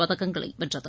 பதக்கங்களை வென்றது